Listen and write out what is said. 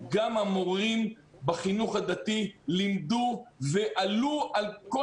גם המורים בחינוך הדתי לימדו ועלו על כל